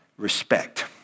respect